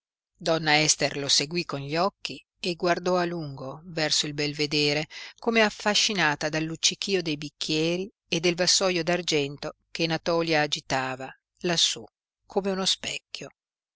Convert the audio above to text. donna ester lo seguí con gli occhi e guardò a lungo verso il belvedere come affascinata dal luccichio dei bicchieri e del vassoio d'argento che natòlia agitava lassú come uno specchio